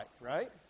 right